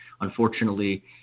Unfortunately